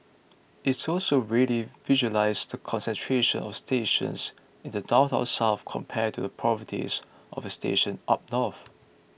it's also readily visualises the concentration of stations in the downtown south compared to the poverty of stations up north